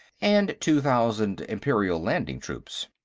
and two thousand imperial landing-troops.